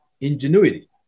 ingenuity